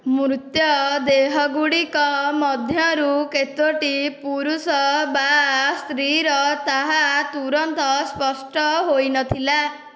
ମୃତ ଦେହ ଗୁଡ଼ିକ ମଧ୍ୟରୁ କେତୋଟି ପୁରୁଷ ବା ସ୍ତ୍ରୀର ତାହା ତୁରନ୍ତ ସ୍ପଷ୍ଟ ହୋଇନଥିଲା